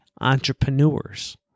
entrepreneurs